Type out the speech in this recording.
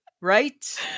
right